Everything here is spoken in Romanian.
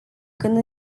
când